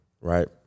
right